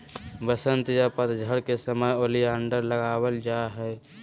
वसंत या पतझड़ के समय ओलियंडर लगावल जा हय